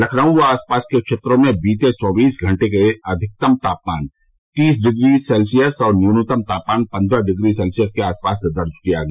लखनऊ व आसपास के क्षेत्रों में बीते चौबीस घंटे के अधिकतम तापमान तीस डिग्री सेल्सियस और न्यूनतम तापमान पन्द्रह डिग्री सेल्सियस के आसपास दर्ज किया गया